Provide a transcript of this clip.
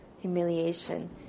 humiliation